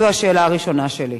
זו השאלה הראשונה שלי.